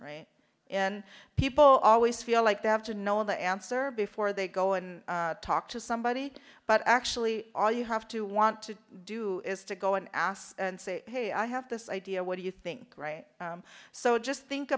in people always feel like they have to know the answer before they go and talk to somebody but actually all you have to want to do is to go and ask and say hey i have this idea what do you think so just think